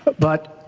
but,